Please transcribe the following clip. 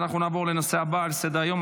נעבור לנושא הבא על סדר-היום,